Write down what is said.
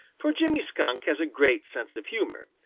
for jimmy skunk has a great sense of humor,